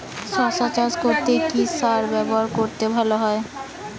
শশা চাষ করলে কি সার ব্যবহার করলে ভালো হয়?